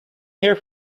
here